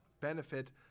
benefit